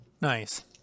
Nice